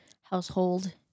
household